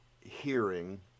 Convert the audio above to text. hearing